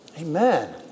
Amen